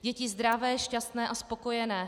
Děti zdravé, šťastné a spokojené.